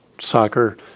soccer